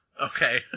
Okay